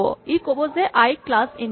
ই ক'ব যে আই ক্লাচ ইন্ট ৰ